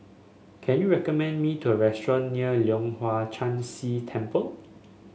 can you recommend me restaurant near Leong Hwa Chan Si Temple